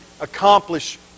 accomplish